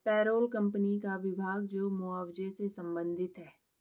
payroll company का विभाग जो मुआवजे से संबंधित है